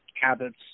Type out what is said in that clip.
habits